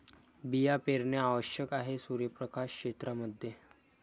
बिया पेरणे आवश्यक आहे सूर्यप्रकाश क्षेत्रां मध्ये